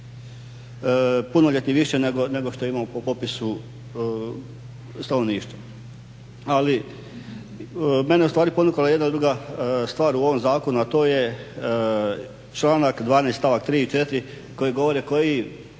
punoljetnih više nego što imamo po popisu stanovništva. Ali mene je u stvari ponukala jedna druga stvar u ovom zakonu, a to je članak 12. stavak 3. i 4. koji govore koji